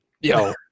yo